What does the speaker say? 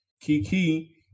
kiki